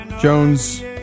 Jones